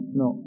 no